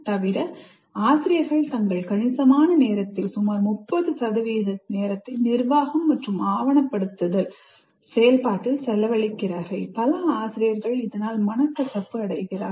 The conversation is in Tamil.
தவிர ஆசிரியர்கள் தங்கள் கணிசமான நேரத்தை சுமார் 30 நிர்வாகம் மற்றும் ஆவணப்படுத்தல் செயல்பாட்டில் செலவழிக்கிறார்கள் பல ஆசிரியர்கள் இதனால் மனக்கசப்பு அடைகிறார்கள்